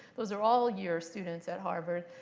those are all year students at harvard.